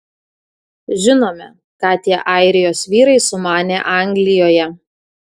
žinome ką tie airijos vyrai sumanė anglijoje